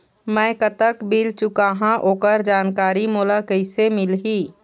मैं कतक बिल चुकाहां ओकर जानकारी मोला कइसे मिलही?